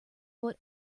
foot